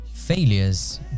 failures